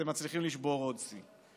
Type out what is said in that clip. אתם מצליחים לשבור עוד שיא.